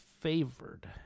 favored